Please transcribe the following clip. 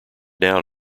down